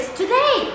today